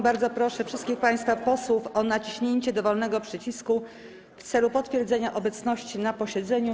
Bardzo proszę wszystkich państwa posłów o naciśnięcie dowolnego przycisku w celu potwierdzenia obecności na posiedzeniu.